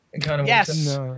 Yes